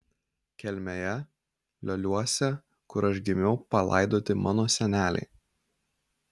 kelmėje lioliuose kur aš gimiau palaidoti mano seneliai